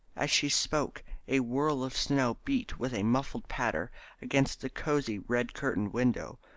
as she spoke a whirl of snow beat with a muffled patter against the cosy red-curtained window,